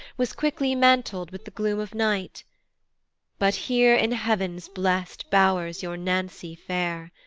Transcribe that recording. was quickly mantled with the gloom of night but hear in heav'n's blest bow'rs your nancy fair,